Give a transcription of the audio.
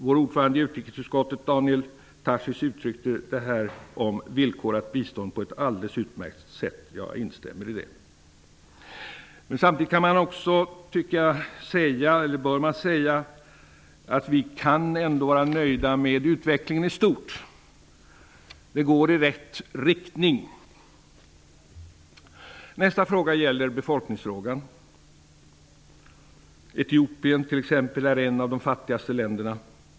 Vår ordförande i utrikesutskottet, Daniel Tarschys, uttryckte detta med villkorat bistånd på ett alldeles utmärkt sätt. Jag instämmer i det han sade. Samtidigt bör man också säga att vi kan vara nöjda med utvecklingen i stort. Det går i rätt riktning. Nästa punkt är befolkningsfrågan. Etiopen är ett av de fattigaste länderna.